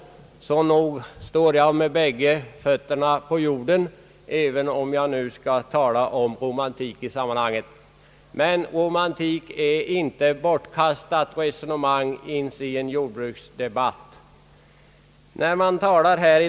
Så nog står jag med båda fötterna på jorden, även om jag nu skall tala om romantik i sammanhanget. Men ett resonemang om romantik är inte bortkastat ens i en jordbruksdebatt.